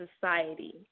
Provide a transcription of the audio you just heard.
society